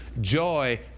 Joy